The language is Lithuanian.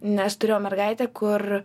nes turėjau mergaitę kur